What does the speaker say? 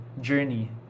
journey